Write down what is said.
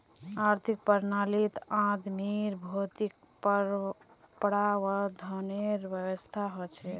आर्थिक प्रणालीत आदमीर भौतिक प्रावधानेर व्यवस्था हछेक